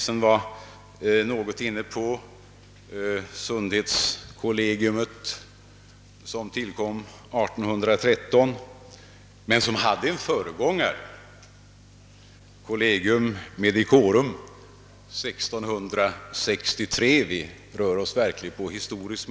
Den har säkerligen en mycket ringa betydelse för genomförandet av integrationen mellan <socialvården och hälsooch sjukvården. I den frågan måste helt naturligt andra synpunkter vara avgörande.